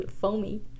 Foamy